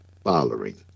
Following